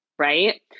Right